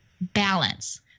balance